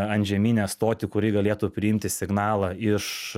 antžeminę stotį kuri galėtų priimti signalą iš